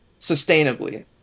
sustainably